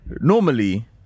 normally